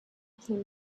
came